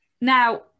now